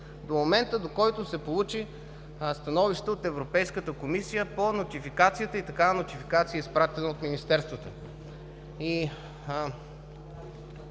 до момента, в който се получи становище от Европейската комисия по нотификацията и такава нотификация е изпратена от Министерството.